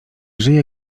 żyje